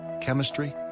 chemistry